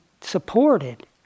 supported